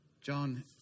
John